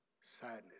sadness